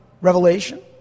revelation